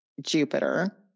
Jupiter